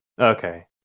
Okay